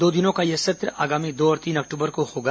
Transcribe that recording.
दो दिनों का यह सत्र आगामी दो और तीन अक्टूबर को होगा